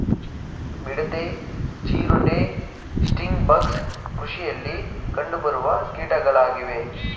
ಮಿಡತೆ, ಜೀರುಂಡೆ, sting bugs ಕೃಷಿಯಲ್ಲಿ ಕಂಡುಬರುವ ಕೀಟಗಳಾಗಿವೆ